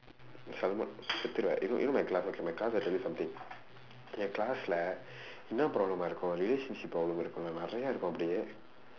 you know you know my class okay my class I tell you something என்:en classlae என்ன:enna problem தெரியுமா இருக்கும்:theriyumaa irukkum relationship problem நிறைய இருக்கும் அப்படியே:niraiya irukkum appadiyee